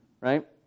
right